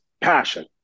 passion